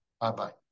Bye-bye